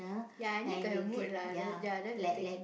ya I need to have mood lah ya ya that's the thing